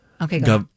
Okay